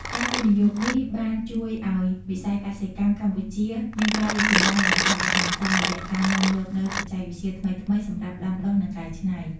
ការវិនិយោគនេះបានជួយឱ្យវិស័យកសិកម្មកម្ពុជាមានការរីកចម្រើនយ៉ាងឆាប់រហ័ស តាមរយៈការនាំយកនូវបច្ចេកវិទ្យាថ្មីៗសម្រាប់ដាំដុះនិងកែច្នៃ។